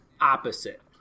opposite